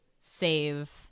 save